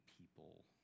people